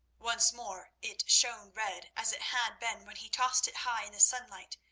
once more it shone red as it had been when he tossed it high in the sunlight,